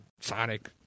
Sonic